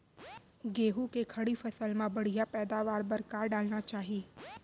गेहूँ के खड़ी फसल मा बढ़िया पैदावार बर का डालना चाही?